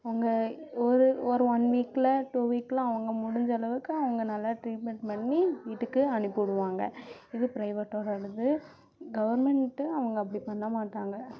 அவங்க ஒரு ஒரு ஒன் வீக்கில் டூ வீக்கில் அவங்க முடிஞ்ச அளவுக்கு அவங்க நல்லா ட்ரீட்மெண்ட் பண்ணி வீட்டுக்கு அனிப்பிடுவாங்க இது ப்ரைவேட்டோடது கவர்மெண்ட்டு அவங்க அப்படி பண்ண மாட்டாங்க